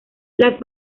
las